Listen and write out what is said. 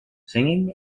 singing